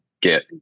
get